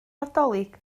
nadolig